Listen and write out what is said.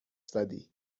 زدی